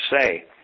say